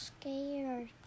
scared